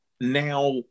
now